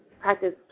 practice